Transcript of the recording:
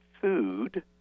food